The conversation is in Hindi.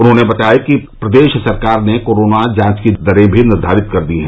उन्होंने बताया कि प्रदेश सरकार ने कोरोना जॉच की दरें भी निर्धारित कर दी हैं